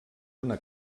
una